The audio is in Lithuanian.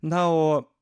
na o